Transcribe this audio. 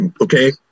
Okay